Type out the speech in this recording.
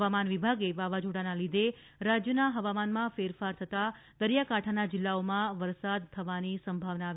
હવામાન વિભાગે વાવાઝોડાના લીઘે રાજ્યના હવામાનમાં ફેરફાર થતાં દરિયાકાંઠાના જીલ્લાઓમાં વરસાદ થવાની સંભાવના વ્યક્ત કરી છે